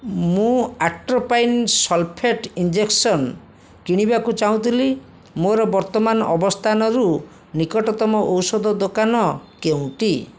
ମୁଁ atropine sulphate injection କିଣିବାକୁ ଚାହୁଁଥିଲି ମୋର ବର୍ତ୍ତମାନ ଅବସ୍ଥାନରୁ ନିକଟତମ ଔଷଧ ଦୋକାନ କେଉଁଟି